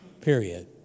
period